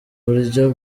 buryo